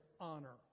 honor